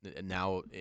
Now